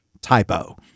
typo